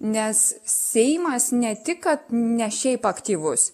nes seimas ne tik kad ne šiaip aktyvus